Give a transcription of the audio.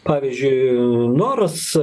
pavyzdžiui noras